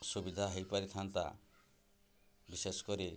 ସୁବିଧା ହେଇପାରିଥାନ୍ତା ବିଶେଷ କରି